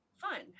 fun